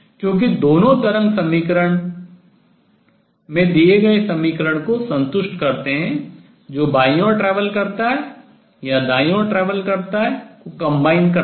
क्योंकि दोनों तरंग समीकरण में दिए गए समीकरण को संतुष्ट करते हैं जो बाईं ओर travel यात्रा या दाईं ओर travel यात्रा को combine करता जोड़ता है